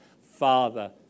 Father